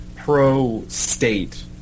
Pro-state